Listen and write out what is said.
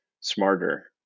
smarter